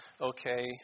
okay